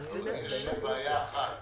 אבל יש בעיה אחת,